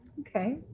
Okay